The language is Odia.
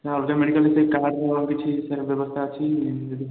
ନା ଅଲଗା ମେଡ଼ିକାଲ୍ ସେଇ କାର୍ଡ଼ରେ ଆଉ କିଛି ସାର୍ ବ୍ୟବସ୍ଥା ଅଛି